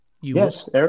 Yes